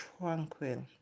tranquil